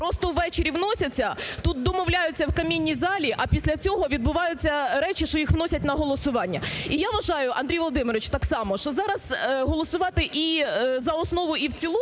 просто ввечері вносяться, тут домовляються в камінній залі, а після цього відбуваються речі, що їх вносять на голосування. І я вважаю, Андрій Володимирович, так само, що зараз голосувати і за основу, і в цілому